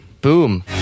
Boom